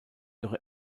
ihre